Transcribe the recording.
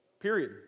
Period